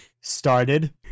started